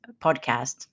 podcast